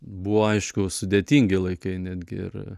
buvo aišku sudėtingi laikai netgi ir